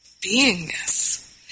beingness